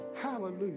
Hallelujah